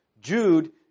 Jude